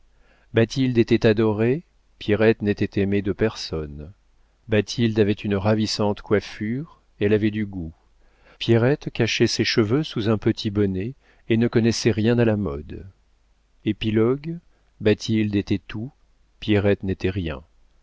bathilde était adorée pierrette n'était aimée de personne bathilde avait une ravissante coiffure elle avait du goût pierrette cachait ses cheveux sous un petit bonnet et ne connaissait rien à la mode épilogue bathilde était tout pierrette n'était rien